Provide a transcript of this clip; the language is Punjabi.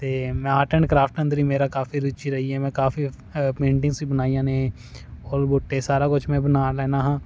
ਅਤੇ ਮੈਂ ਆਰਟ ਐਂਡ ਕਰਾਫਟ ਅੰਦਰ ਵੀ ਮੇਰਾ ਕਾਫ਼ੀ ਰੁਚੀ ਰਹੀ ਹੈ ਮੈਂ ਕਾਫ਼ੀ ਪੇਂਟਿੰਗਸ ਬਣਾਈਆਂ ਨੇ ਫੁੱਲ ਬੂਟੇ ਸਾਰਾ ਕੁਛ ਮੈਂ ਬਣਾ ਲੈਂਦਾ ਹਾਂ